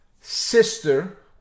sister